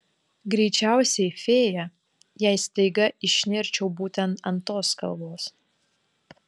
greičiausiai fėja jei staiga išnirčiau būtent ant tos kalvos